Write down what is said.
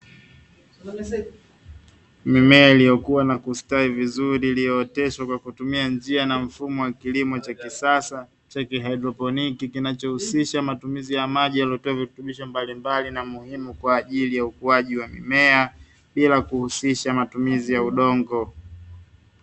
Mimiea iliyokua na kustawi vizuri, iliyooteshwa kwa kutumia njia ya mfumo wa kisasa cha " KIHYDROPONIC" kinachohusisha matumizi ya maji yaliyotiwa virutubisho mbalimbali na muhimu kwa ajili ya ukuaji wa mimea, bila ya kuhusisha matumizi ya udongo.